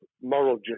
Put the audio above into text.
moral